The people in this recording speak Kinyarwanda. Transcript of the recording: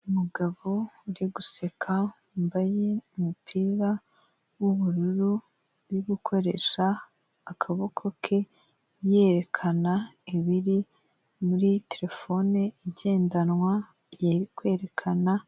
Umugabo uri guseka wambaye umupira w'ubururu, uri gukoresha akaboko ke yerekana ibiri muri terefone igendanwa ye, kwerekana.